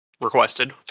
requested